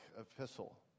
epistle